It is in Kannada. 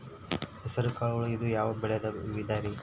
ಹೆಸರುಕಾಳು ಇದು ಯಾವ ಬೇಜದ ವಿಧರಿ?